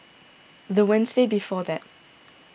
the Wednesday before that